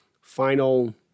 final